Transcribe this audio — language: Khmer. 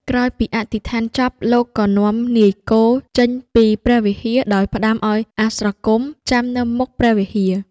ក្រោយពីអធិដ្ឋានចប់ លោកក៏នាំនាយគោចេញពីព្រះវិហារ ដោយផ្តាំឲ្យអាស្រគំចាំនៅមុខព្រះវិហារ។